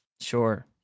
sure